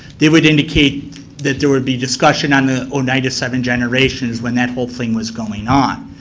they would indicate that there would be discussion on ah oneida seven generations, when that whole thing was going on.